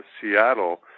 Seattle